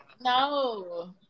no